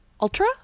Ultra